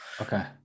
okay